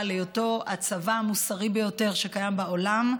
של היותו הצבא המוסרי ביותר שקיים בעולם,